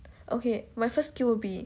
okay my first skill be